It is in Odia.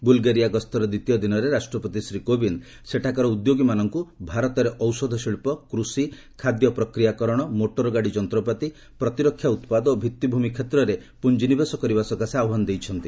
ବୁଲ୍ଗେରିଆ ଗସ୍ତର ଦ୍ୱିତୀୟ ଦିନରେ ରାଷ୍ଟ୍ରପତି ଶ୍ରୀ କୋବିନ୍ଦ ସେଠାକାର ଉଦ୍ୟୋଗୀମାନଙ୍କୁ ଭାରତରେ ଔଷଧ ଶିଳ୍ପ କୃଷି ଖାଦ୍ୟ ପ୍ରକ୍ରିୟାକରଣ ମୋଟରଗାଡ଼ି ଯନ୍ତ୍ରପାତି ପ୍ରତିରକ୍ଷା ଉତ୍ପାଦ ଓ ଭିଭିଭ୍ ମି କ୍ଷେତ୍ରରେ ପୁଞ୍ଜିନିବେଶ କରିବା ସକାଶେ ଆହ୍ବାନ କରିଛନ୍ତି